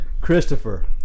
Christopher